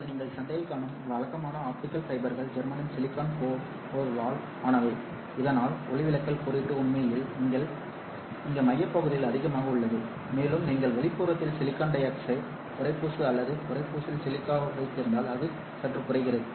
இப்போது நீங்கள் சந்தையில் காணும் வழக்கமான ஆப்டிகல் ஃபைபர்கள் ஜெர்மானியம் சிலிக்கான் கோர் ஓகேவால் ஆனவை இதனால் ஒளிவிலகல் குறியீடு உண்மையில் இங்கே மையப் பகுதியில் அதிகமாக உள்ளது மேலும் நீங்கள் வெளிப்புறத்தில் சிலிக்கான் டை ஆக்சைடு உறைப்பூச்சு அல்லது உறைப்பூச்சில் சிலிக்கா வைத்திருந்தால் அது சற்று குறைகிறது